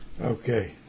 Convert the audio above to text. Okay